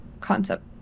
concept